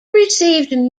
received